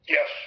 Yes